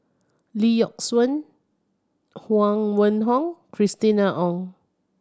Lee Yock Suan Huang Wenhong Christina Ong